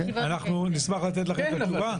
נשמח לתת את התשובה.